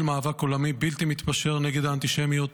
מאבק עולמי בלתי מתפשר נגד האנטישמיות,